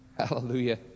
Hallelujah